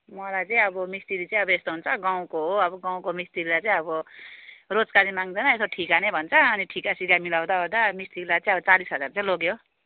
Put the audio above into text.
मलाई चाहिँ अब मिस्त्री चाहिँ अब यस्तो हुन्छ गाउँको हो अब गाउँको मिस्त्रीलाई चाहिँ अब रोजगारी माग्दैन यसो ठिका नै भन्छा अनि ठिकासिका मिलाउँदा ओर्दा मिस्त्रीलाई चाहिँ अब चालिस हजार चाहिँ लोग्यो